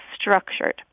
structured